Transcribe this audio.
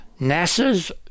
NASA's